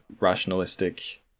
rationalistic